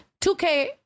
2k